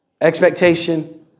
expectation